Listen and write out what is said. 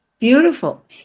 Beautiful